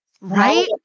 right